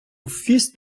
фіст